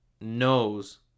knows